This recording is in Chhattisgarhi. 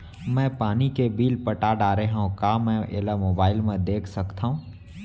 मैं पानी के बिल पटा डारे हव का मैं एला मोबाइल म देख सकथव?